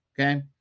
okay